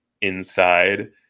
inside